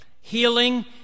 healing